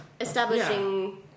establishing